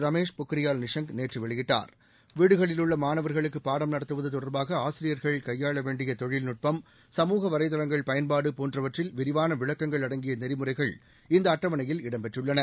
ரமேஷ் பொக்ரியால் நிஷாங்க் நேற்று வெளியிட்டார் வீடுகளிலுள்ள மாணவர்களுக்கு பாடம் நடத்துவது தொடர்பாக ஆசிரியர்கள் கையாள வேண்டிய தொழில்நுட்பம் சமுக வலைதளங்கள் பயன்பாடு போன்றவற்றில் விரிவான விளக்கங்கள் அடங்கிய நெறிமுறைகள் இந்த அட்டவணையில் இடம் பெற்றுள்ளன